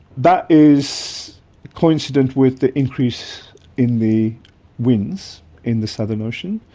that is coincident with the increase in the winds in the southern ocean.